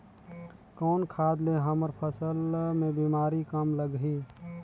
कौन खाद ले हमर फसल मे बीमारी कम लगही?